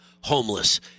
homeless